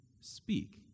speak